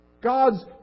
God's